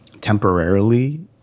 temporarily